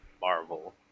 Marvel